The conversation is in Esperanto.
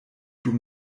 dum